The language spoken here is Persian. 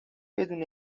بدون